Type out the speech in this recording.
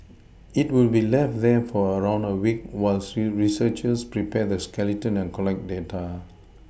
it will be left there for around a week while researchers prepare the skeleton and collect data